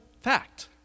fact